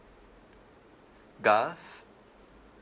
gov